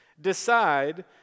decide